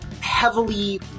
heavily